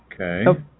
okay